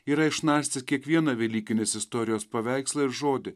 yra išnarstęs kiekvieną velykinės istorijos paveikslą ir žodį